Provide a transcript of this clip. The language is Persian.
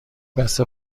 بسته